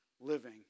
living